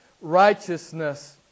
righteousness